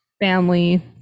family